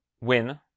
win